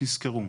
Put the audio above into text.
תזכרו,